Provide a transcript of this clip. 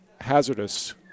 hazardous